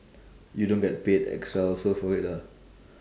you don't get paid extra also for it lah